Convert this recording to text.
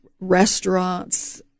restaurants